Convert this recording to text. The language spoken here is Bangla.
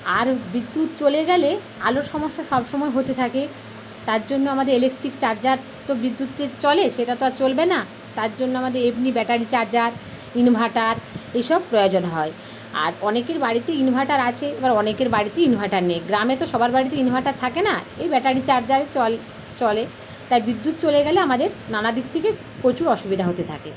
আর বিদ্যুৎ চলে গেলে আলোর সমস্যা সবসময় হতে থাকে তার জন্য আমাদের এলেক্ট্রিক চার্জার তো বিদ্যুতে চলে সেটা তো আর চলবে না তার জন্য আমদের এমনি ব্যাটারি চার্জার ইনভার্টার এসব প্রয়োজন হয় আর অনেকের বাড়িতে ইনভার্টার আছে আবার অনেকের বাড়িতে ইনভার্টার নেই গ্রামে তো সবার বাড়িতে ইনভার্টার থাকে না এই ব্যাটারি চার্জারই চল চলে তাই বিদ্যুৎ চলে গেলে আমাদের নানা দিক থেকে প্রচুর অসুবিধা হতে থাকে